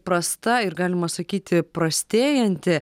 prasta ir galima sakyti prastėjanti